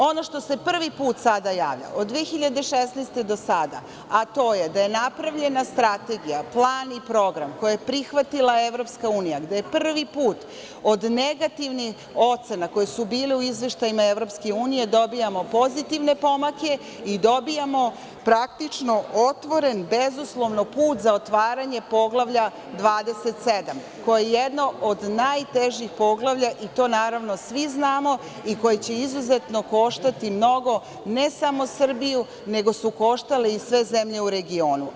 Ono što se prvi put sada javlja, od 2016. do sada, a to je da je napravljena strategija, plan i program koje je prihvatila EU, gde je prvi put od negativnih ocena koje su bile u izveštajima EU, dobijamo pozitivne pomake i dobijamo praktično otvoren bezuslovno put za otvaranje Poglavlja 27, koje je jedno od najtežih poglavlja i to, naravno, svi znamo i koje će izuzetno koštati mnogo, ne samo Srbiju, nego su koštale i sve zemlje u regionu.